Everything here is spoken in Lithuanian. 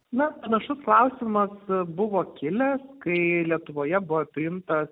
na panašus klausimas buvo kilęs kai lietuvoje buvo priimtas